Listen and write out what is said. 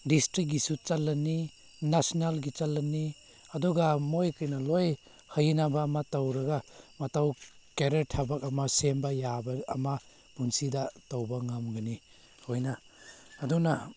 ꯗꯤꯁꯇ꯭ꯔꯤꯛꯀꯤꯁꯨ ꯆꯠꯂꯅꯤ ꯅꯦꯁꯅꯦꯜꯒꯤ ꯆꯠꯂꯅꯤ ꯑꯗꯨꯒ ꯃꯣꯏ ꯀꯩꯅꯣ ꯂꯣꯏ ꯍꯩꯅꯕ ꯑꯃ ꯇꯧꯔꯒ ꯃꯇꯧ ꯀꯦꯔꯤꯌꯔ ꯊꯕꯛ ꯑꯃ ꯁꯦꯝꯕ ꯌꯥꯕ ꯑꯃ ꯄꯨꯟꯁꯤꯗ ꯇꯧꯕ ꯉꯝꯒꯅꯤ ꯑꯩꯈꯣꯏꯅ ꯑꯗꯨꯅ